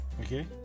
okay